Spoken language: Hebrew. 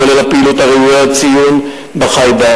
כולל הפעילות הראויה לציון בחי-בר.